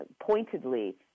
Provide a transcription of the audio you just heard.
pointedly